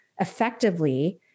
effectively